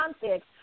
context